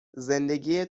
زندگی